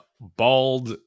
bald